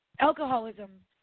Alcoholism